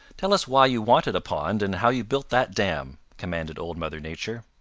tell us why you wanted a pond and how you built that dam, commanded old mother nature.